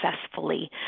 successfully